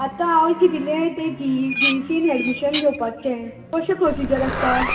आतां हांव चिंतिल्लें तें जी ई जीईसीन एडमिशन घेवपाचें कशे प्रोसिजर आसता